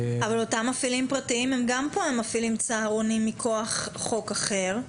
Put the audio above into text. אבל אותם מפעילים פרטיים הם גם מפעילים צהרונים מכוח חוק אחר,